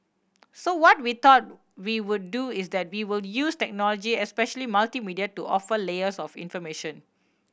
so what we thought we would do is that we will use technology especially multimedia to offer layers of information